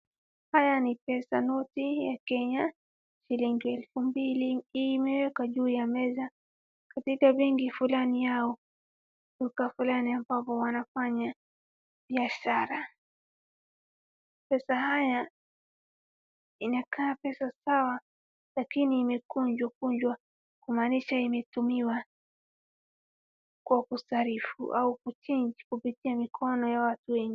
Haya ni pesa, noti ya Kenya, shilingi elfu mbili imewekwa juu ya meza, katika vingi fulani hao, duka fulani ambapo wanafanya biashara. Pesa haya inakaa pesa sawa lakini imekunjwa kunjwa kumaanisha imetumiwa kwa kusarifu au kuchange kupitia mikono ya watu wengi.